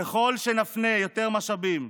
ככל שנפנה יותר משאבים,